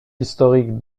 historique